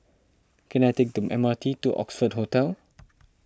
can I take the M R T to Oxford Hotel